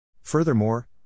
Furthermore